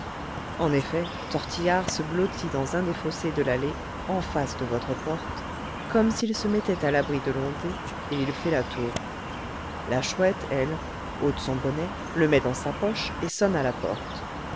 en effet tortillard se blottit dans un des fossés de l'allée en face de votre porte comme s'il se mettait à l'abri de l'ondée et il fait la taupe la chouette elle ôte son bonnet le met dans sa poche et sonne à la porte